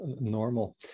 normal